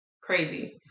crazy